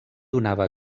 donava